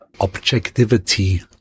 Objectivity